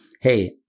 hey